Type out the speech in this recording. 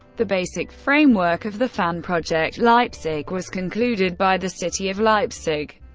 the basic framework of the fanprojekt leipzig was concluded by the city of leipzig,